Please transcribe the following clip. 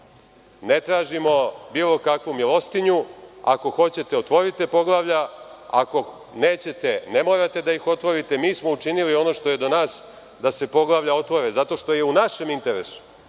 tražimo bilo kakvu milostinju, ako hoćete otvorite poglavlja, ako nećete ne morate da ih otvarate, mi smo učinili ono što je do nas da se poglavlja otvore, zato što je u našem interesu,